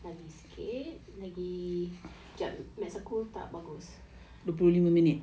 lagi sikit lagi jap maths aku tak bagus